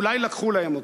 אולי לקחו להם אותו.